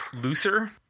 looser